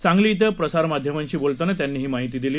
सांगली कें प्रसारमाध्यमांशी बोलताना त्यांनी ही माहिती दिली